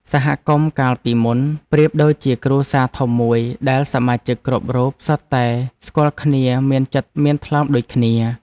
សហគមន៍កាលពីមុនប្រៀបដូចជាគ្រួសារធំមួយដែលសមាជិកគ្រប់រូបសុទ្ធតែស្គាល់គ្នាមានចិត្តមានថ្លើមដូចគ្នា។